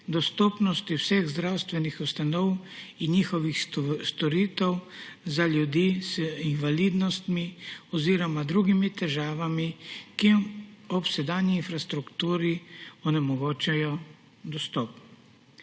dostopnosti vseh zdravstvenih ustanov in njihovih storitev za ljudi z invalidnostmi oziroma drugimi težavami, ki ob sedanji infrastrukturi onemogočajo dostop.